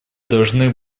должны